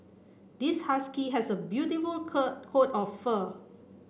this husky has a beautiful coat of fur